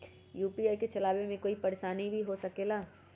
UPI के चलावे मे कोई परेशानी भी हो सकेला?